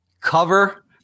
cover